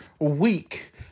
week